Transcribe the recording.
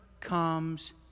comes